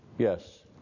Yes